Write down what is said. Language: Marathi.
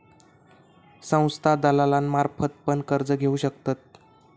संस्था दलालांमार्फत पण कर्ज घेऊ शकतत